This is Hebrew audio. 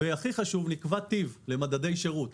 הכי חשוב זה שנקבע טיב למדדי שירות.